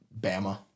Bama